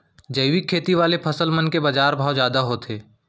जैविक खेती वाले फसल मन के बाजार भाव जादा होथे